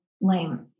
lame